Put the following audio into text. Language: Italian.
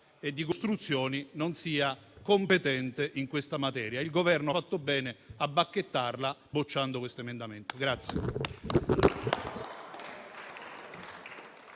e di costruzioni non sia competente in questa materia. Il Governo fatto bene a bacchettarla bocciando questo emendamento.